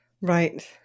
Right